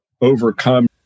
overcome